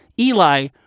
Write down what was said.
Eli